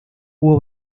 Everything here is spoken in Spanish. hubo